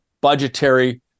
budgetary